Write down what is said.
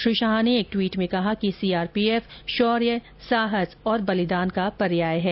श्री शाह ने एक ट्वीट में कहा कि सीआरपीएफ शौर्य साहस और बलिदान का पर्याय है